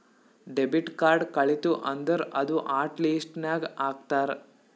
debit card ಕಳಿತು ಅಂದುರ್ ಅದೂ ಹಾಟ್ ಲಿಸ್ಟ್ ನಾಗ್ ಹಾಕ್ತಾರ್